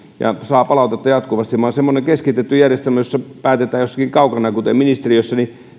ja saa palautetta jatkuvasti semmoisessa keskitetyssä järjestelmässä jossa päätetään jossakin kaukana kuten ministeriössä